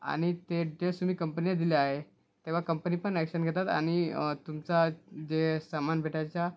आणि ते डिटेल्स तुम्ही कंपनीला दिले आहे तेव्हा कंपनी पण ॲक्शन घेतात आणि तुमचा जे सामान भेटायच्या